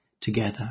together